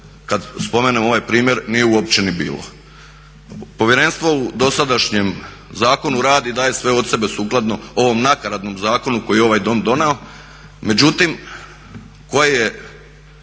kada spomenemo ovaj primjer nije uopće ni bilo. Povjerenstvo u dosadašnjem zakonu radi, daje sve od sebe sukladno ovom nakaradnom zakonu koji je ovaj Dom donio. Međutim, koji je